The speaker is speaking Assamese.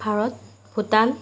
ভাৰত ভূটান